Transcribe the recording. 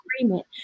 agreement